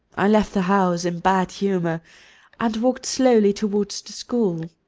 i left the house in bad humour and walked slowly towards the school.